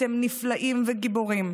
אתם נפלאים וגיבורים.